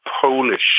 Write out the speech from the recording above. Polish